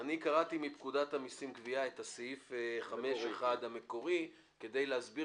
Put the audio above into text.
קראתי מפקודת המסים (גבייה) את הסעיף המקורי כדי להסביר